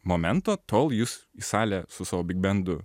momento tol jūs į salę su savo bigbendu